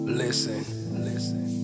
listen